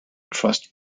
trust